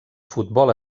futbol